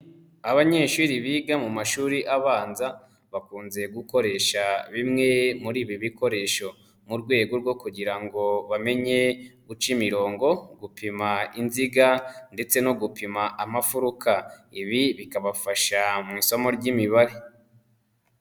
Abanyeshuri biga mu mashuri abanza bakunze gukoresha bimwe muri ibi bikoresho mu rwego rwo kugira ngo bamenye guca imirongo, gupima inziga ndetse no gupima amafuruka ibi bikabafasha mu isomo ry'imibare.